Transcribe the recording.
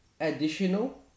additional